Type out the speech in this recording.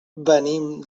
venim